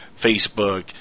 Facebook